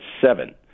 seven